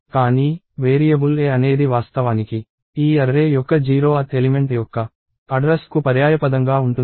కానీ variable a అనేది వాస్తవానికి ఈ అర్రే యొక్క 0th ఎలిమెంట్ యొక్క అడ్రస్ కు పర్యాయపదంగా ఉంటుంది